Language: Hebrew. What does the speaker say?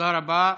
תודה רבה.